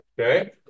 Okay